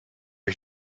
ich